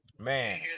Man